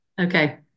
Okay